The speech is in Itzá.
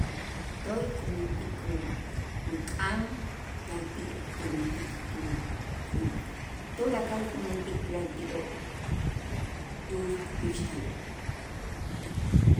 Ajtoy kumentik u- uk'aan la'ayti' tumentik ku tulakal kumentik la'ayti'oo' tu'ux kukuxtaloo'.